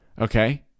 okay